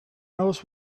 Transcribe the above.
knows